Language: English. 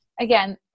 again